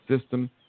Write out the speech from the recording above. system